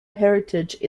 heritage